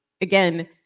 again